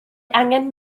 angen